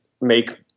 make